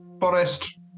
forest